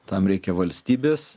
tam reikia valstybės